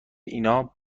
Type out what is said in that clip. اینا